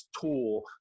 tool